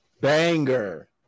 Banger